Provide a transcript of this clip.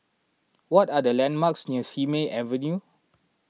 what are the landmarks near Simei Avenue